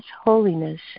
holiness